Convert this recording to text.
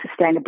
sustainability